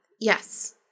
Yes